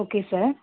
okay sir